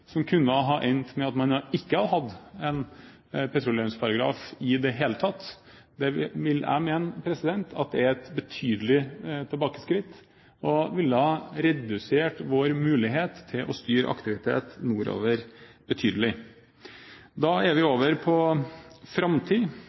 som kunne ha endt med at man ikke hadde hatt en petroleumsparagraf i det hele tatt. Det vil jeg mene hadde vært et betydelig tilbakeskritt, og ville redusert vår mulighet til å styre aktivitet nordover betydelig. Da er vi over på framtid.